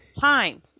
Time